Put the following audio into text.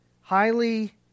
highly